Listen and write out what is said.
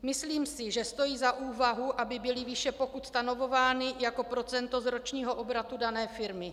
Myslím, že stojí za úvahu, aby byly výše pokut stanovovány jako procento z ročního obratu dané firmy.